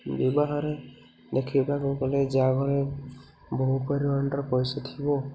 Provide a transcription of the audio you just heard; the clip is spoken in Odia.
ବିବାହରେ ଦେଖିବାକୁ ଗଲେ ଯାହା ଘରେ ବହୁ ପରିମାଣର ପଇସା ଥିବ